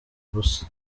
ubusa